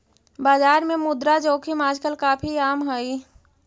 बाजार में मुद्रा जोखिम आजकल काफी आम हई